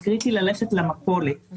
זה קריטי ללכת למכולת.